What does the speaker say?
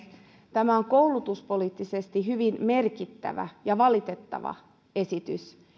tämä on koulutuspoliittisesti hyvin merkittävä ja valitettava esitys